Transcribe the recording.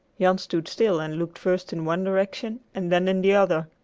jan stood still and looked first in one direction and then in the other.